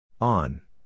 On